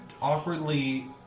awkwardly